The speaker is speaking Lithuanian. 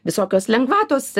visokios lengvatos